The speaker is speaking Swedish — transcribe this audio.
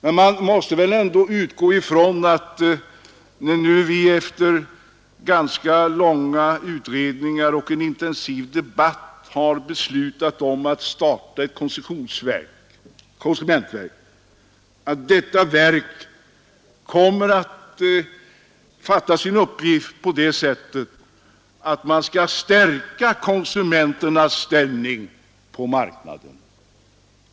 Men man måste väl ändå utgå ifrån, när vi nu efter ganska långa utredningar och en intensiv debatt har beslutat att starta ett konsumentverk, att detta verk kommer att fatta sin uppgift på det sättet, att man skall stärka konsumenternas ställning på marknaden.